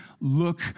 look